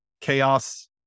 chaos